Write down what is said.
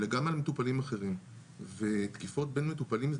אלא גם על מטופלים אחרים ותקיפות בין מטופלים,